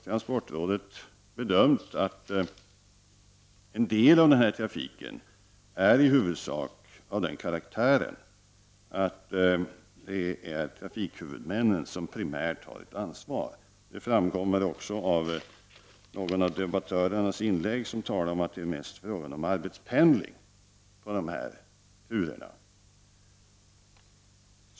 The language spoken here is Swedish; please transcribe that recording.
Transportrådet har bedömt att en del av trafiken på den bana vi nu diskuterar är av den karaktären att det är trafikhuvudmännen som har ett primärt ansvar. Det har också framgått av någon av debattörernas inlägg, där det talades om att det mest är fråga om arbetspendling på dessa turer.